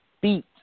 beat